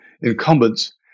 incumbents